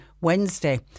Wednesday